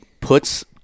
puts